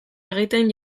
egiten